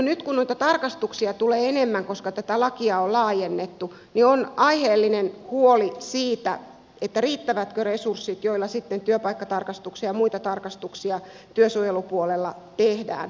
nyt kun noita tarkastuksia tulee enemmän koska tätä lakia on laajennettu niin on aiheellinen huoli siitä riittävätkö resurssit joilla sitten työpaikkatarkastuksia ja muita tarkastuksia työsuojelupuolella tehdään